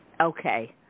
Okay